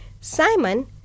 Simon